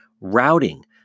routing